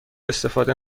استفاده